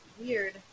weird